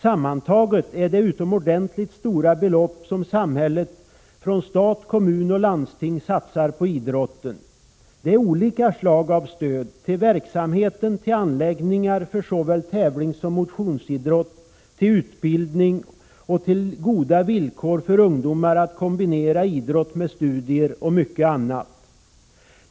Sammantaget är det utomordentligt stora belopp som stat, kommun och landsting satsar på idrotten. Det är olika slag av stöd, till verksamheten, till anläggningar för såväl tävlingssom motionsidrott, till utbildning, till goda villkor för ungdomar att kombinera idrott med studier och mycket annat.